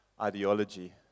ideology